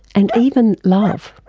and even love.